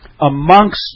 amongst